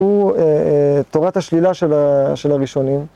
הוא תורת השלילה של הראשונים.